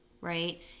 right